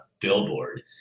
billboard